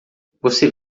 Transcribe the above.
você